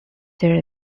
there